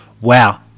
Wow